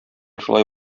шулай